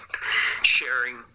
sharing